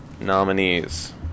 Nominees